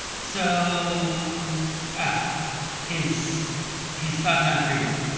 so ah his his thoughts on free will